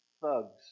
thugs